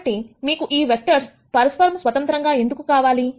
కాబట్టి మీకు ఈ వెక్టర్స్ పరస్పరము స్వతంత్రంగా ఎందుకు కావాలి